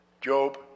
Job